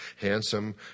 handsome